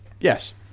Yes